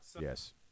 Yes